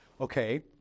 Okay